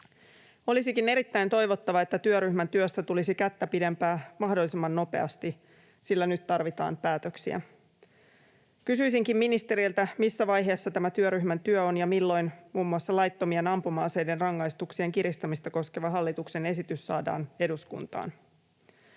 Olisikin erittäin toivottavaa, että työryhmän työstä tulisi kättä pidempää mahdollisimman nopeasti, sillä nyt tarvitaan päätöksiä. Kysyisinkin ministeriltä: missä vaiheessa tämä työryhmän työ on, ja milloin muun muassa laittomien ampuma-aseiden rangaistuksien kiristämistä koskeva hallituksen esitys saadaan eduskuntaan?